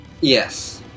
Yes